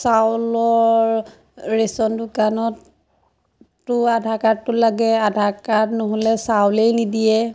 চাউলৰ ৰেচন দোকানতো আধাৰ কাৰ্ডটো লাগে আধাৰ কাৰ্ড নহ'লে চাউলেই নিদিয়ে